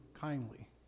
kindly